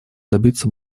добиться